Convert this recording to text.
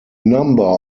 number